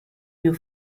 you